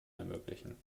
ermöglichen